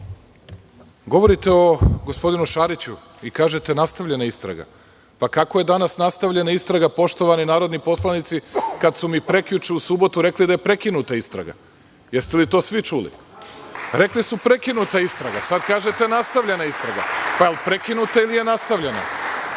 o gospodinu Šariću, i kažete – nastavljena istraga. Kako je danas nastavljena istraga, poštovani narodni poslanici, kad su mi prekjuče, u subotu rekli da je prekinuta istraga? Jeste li to svi čuli? Rekli su – prekinuta istraga, sad kažete nastavljena istraga, pa jel prekinuta ili je nastavljena? Ne